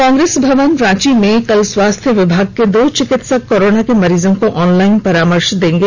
कांग्रेस भवन रांची में कल स्वास्थ्य विभाग के दो चिकित्सक कोरोना के मरीजों को ऑनलाइन परामर्श देंगे